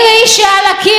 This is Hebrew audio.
אבל בג"ץ אישר.